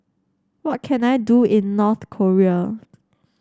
what can I do in North Korea